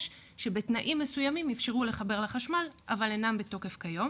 כשבתנאים מסוימים אפשרו לחבר לחשמל אבל אינם בתוקף היום.